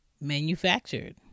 manufactured